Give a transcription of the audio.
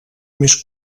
més